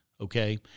okay